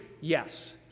Yes